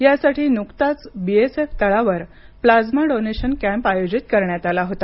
यासाठी नुकताच बीएसएफ तळावर प्लाझ्मा डोनेशन कॅम्प आयोजित करण्यात आला होता